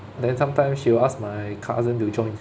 then sometimes she will ask my cousin to join